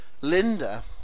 Linda